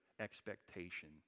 expectation